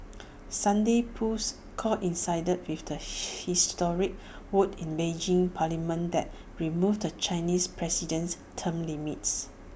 Sunday's polls coincided with the historic vote in Beijing's parliament that removed the Chinese president's term limits